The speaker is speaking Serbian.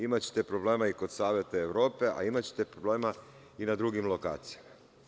Imaćete problema i kod Saveta Evrope, a imaćete problema i na drugim lokacijama.